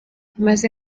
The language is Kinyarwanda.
maze